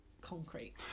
concrete